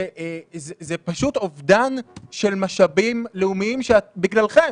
וזה פשוט אובדן של משאבים לאומיים בגללכם,